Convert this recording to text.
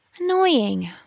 Annoying